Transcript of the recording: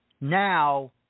now